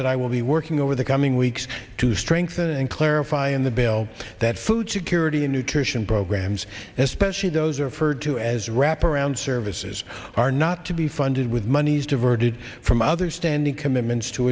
that i will be working over the coming weeks to strengthen clarify in the bill that food security and nutrition programs especially those are furred to as wraparound services are not to be funded with monies diverted from other standing commitments to